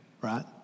right